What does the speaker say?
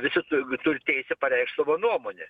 visi tu turi teisę pareikšt savo nuomonę